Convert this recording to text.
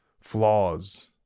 flaws